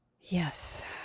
Yes